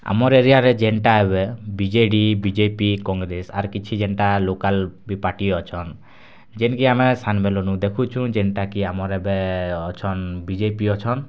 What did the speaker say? ଆମର୍ ଏରିଆରେ ଯେନ୍ଟା ଏବେ B J D B J P Congress ଆର୍ କିଛି ଯେନ୍ଟା ଲୋକାଲ୍ ପାର୍ଟି ଅଛନ୍ ଯେନ୍କି ଆମେ ସାନ୍ ବେଲ୍ନୁ ଦେଖୁଚୁଁ ଯେନ୍ତା କି ଆମର୍ ଏବେ ଅଛନ୍ ବି ଜେ ପି ଅଛନ୍